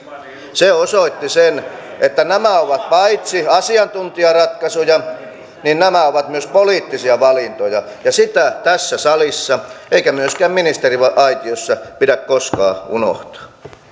se osoitti sen että paitsi asiantuntijaratkaisuja nämä ovat myös poliittisia valintoja ja sitä ei tässä salissa eikä myöskään ministeriaitiossa pidä koskaan unohtaa